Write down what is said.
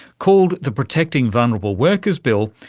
called the protecting vulnerable workers bill,